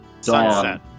Sunset